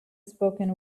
spoken